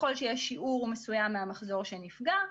ככל שיש שיעור מסוים מהמחזור שנפגע,